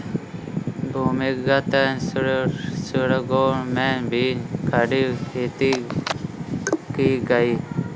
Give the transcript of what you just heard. भूमिगत सुरंगों में भी खड़ी खेती की गई